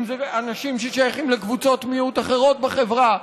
אם אלה אנשים ששייכים לקבוצות מיעוט אחרות בחברה.